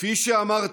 כפי שאמרתי,